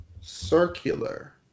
circular